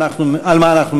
על מה אנחנו מדברים,